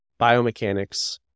biomechanics